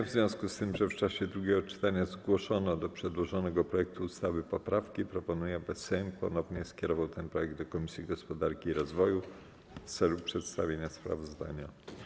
W związku z tym, że w czasie drugiego czytania zgłoszono do przedłożonego projektu ustawy poprawki, proponuję, aby Sejm ponownie skierował ten projekt do Komisji Gospodarki i Rozwoju w celu przedstawienia sprawozdania.